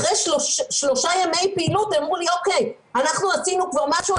אחרי שלושה ימי פעילות אמרו לי: אנחנו עשינו כבר משהו,